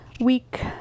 week